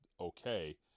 okay